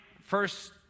first